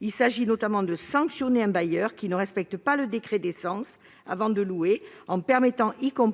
Il convient notamment de sanctionner un bailleur qui ne respecterait pas le décret « décence » avant de louer, notamment en